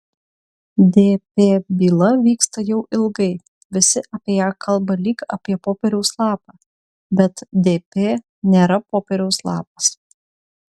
dp byla vyksta jau ilgai visi apie ją kalba lyg apie popieriaus lapą bet dp nėra popieriaus lapas